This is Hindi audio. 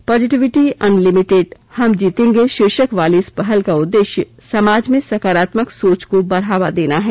पॉजिटिविटी अनलिमिटेड हम जीतेंगे शीर्षक वाली इस पहल का उद्देश्य समाज में सकारात्मक सोच को बढ़ावा देना है